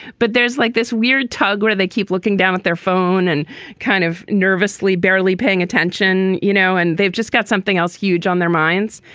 but there's like this weird tug where they keep looking down at their phone and kind of nervously barely paying attention, you know, and they've just got something else huge on their minds.